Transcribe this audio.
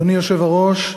אדוני היושב-ראש,